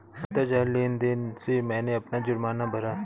अंतरजाल लेन देन से मैंने अपना जुर्माना भरा